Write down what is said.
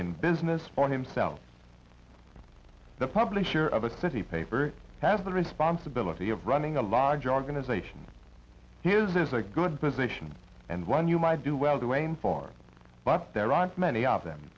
in business for himself the publisher of a city paper has the responsibility of running a large organization he is a good position and one you might do well to aim for but there aren't many of them